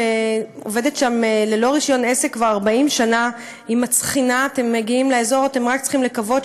מכיוון שגם ראש הממשלה נתניהו יודע שאם את הדברים האלה הוא יאמר בגלוי,